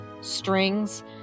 strings